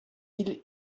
île